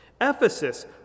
Ephesus